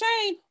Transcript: Shane